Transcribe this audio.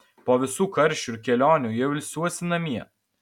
po visų karščių ir kelionių jau ilsiuos namie